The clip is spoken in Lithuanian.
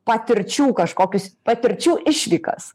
patirčių kažkokius patirčių išvykas